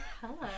Hello